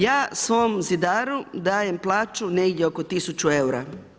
Ja svom zidaru dajem plaću negdje oko 1000 eura.